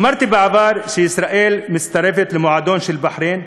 אמרתי בעבר שישראל מצטרפת למועדון של בחריין,